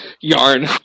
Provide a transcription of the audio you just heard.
yarn